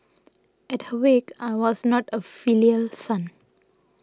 at her wake I was not a filial son